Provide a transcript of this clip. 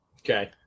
Okay